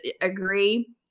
agree